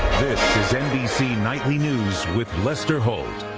this is nbc nightly news with lester holt.